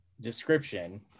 description